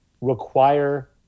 require